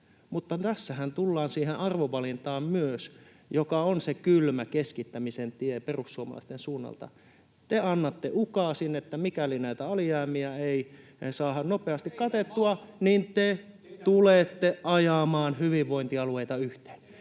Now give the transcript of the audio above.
tässähän tullaan myös siihen arvovalintaan, joka on se kylmä keskittämisen tie perussuomalaisten suunnalta: te annatte ukaasin, että mikäli näitä alijäämiä ei saada nopeasti katettua, [Miko Bergbomin välihuuto] niin te tulette ajamaan hyvinvointialueita yhteen.